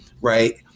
right